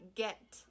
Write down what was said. get